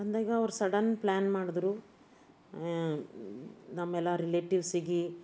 ಬಂದಾಗ ಅವ್ರು sudden plan ಮಾಡಿದರು ನಮ್ಮೆಲ್ಲ ರಿಲೇಟಿವ್ಸಿಗೆ